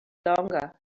longer